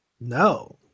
No